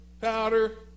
powder